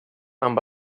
amb